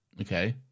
Okay